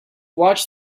watched